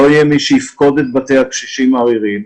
לא יהיה מי שיפקוד את בתי הקשישים העריריים,